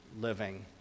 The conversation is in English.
living